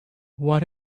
what